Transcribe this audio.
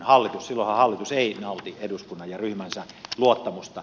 silloinhan hallitus ei nauti eduskunnan ja ryhmänsä luottamusta